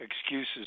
excuses